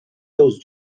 those